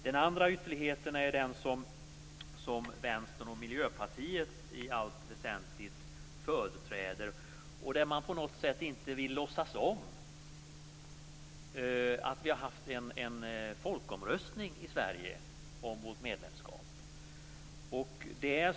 Den andra ytterligheten är den som Vänsterpartiet och Miljöpartiet i allt väsentligt företräder, där man på något sätt inte vill låtsas om att vi i Sverige har haft en folkomröstning om vårt medlemskap.